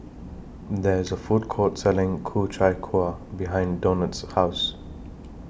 There IS A Food Court Selling Ku Chai Kueh behind Donat's House